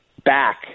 back